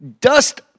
dust